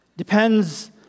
depends